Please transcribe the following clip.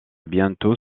bientôt